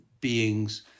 beings